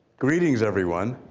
greetings, everyone.